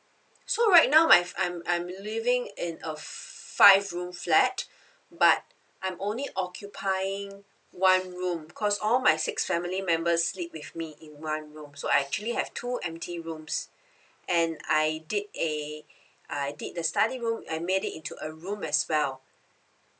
so right now I've I'm I'm living in a five room flat but I'm only occupying one room cause all my six family members sleep with me in one room so I actually have two empty rooms and I did a I did the study room and made it into a room as well